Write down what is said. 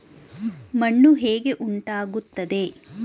ಮಣ್ಣು ಹೇಗೆ ಉಂಟಾಗುತ್ತದೆ?